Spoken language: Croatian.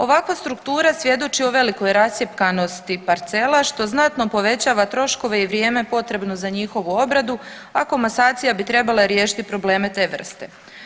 Ovakva struktura svjedoči o velikoj rascjepkanosti parcela što znato povećava troškove i vrijeme potrebno za njihovu obradu, a komasacija bi trebala riješiti probleme te vrste.